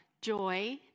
joy